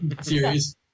series